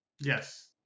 yes